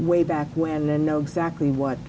way back when and know exactly what